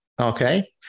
okay